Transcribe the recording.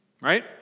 right